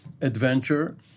adventure